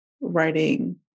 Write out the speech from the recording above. writing